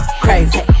crazy